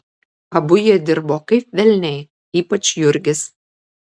abu jie dirbo kaip velniai ypač jurgis